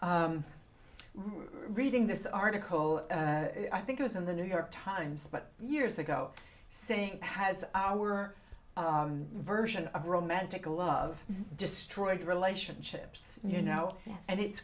reading this article i think it was in the new york times but years ago saying has our version of romantic love destroyed relationships you know and it's